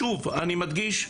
שוב אני מדגיש,